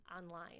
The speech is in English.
online